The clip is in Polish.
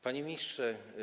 Panie Ministrze!